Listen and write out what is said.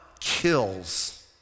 kills